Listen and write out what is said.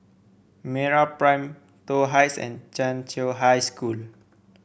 MeraPrime Toh Heights and Chiau High School